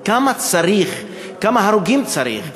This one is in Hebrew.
כמה הרוגים צריך,